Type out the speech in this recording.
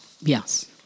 Yes